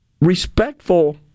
respectful